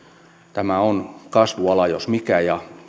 tämä on kasvuala jos mikä ja